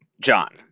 John